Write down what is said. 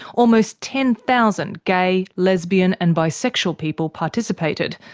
almost ten thousand gay, lesbian and bisexual people participated,